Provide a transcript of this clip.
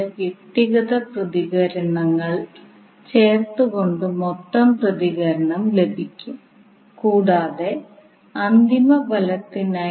AC circuit വിശകലനത്തിന്റെ കാര്യത്തിൽ phasor എന്ന ആശയം വളരെ പ്രധാനമാണ്